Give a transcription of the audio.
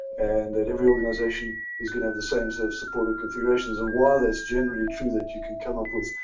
and that every organization is going to have the same sort of supportive configurations. and while that's generally true that you can come up with,